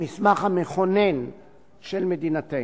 המסמך המכונן של מדינתנו,